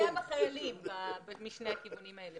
זה פוגע בחיילים משני הכיוונים האלה.